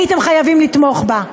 הייתם חייבים לתמוך בה.